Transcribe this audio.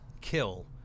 kill